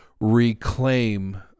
reclaim